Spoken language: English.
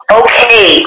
okay